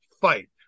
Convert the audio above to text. fight